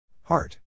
Heart